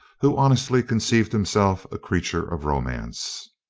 who honestly conceived himself a creature of romance.